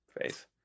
faith